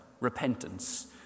repentance